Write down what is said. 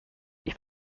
ich